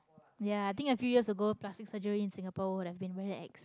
ya i think a few years ago plastic surgery in singapore would have been very ex